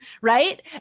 right